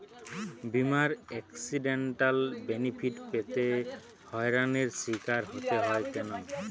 বিমার accidental benefit পেতে হয়রানির স্বীকার হতে হয় কেন?